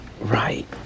Right